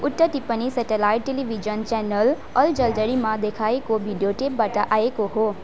उक्त टिप्पणी satellite television channel अल जलजरीमा देखाइएको भिडियो टेपबाट आएको हो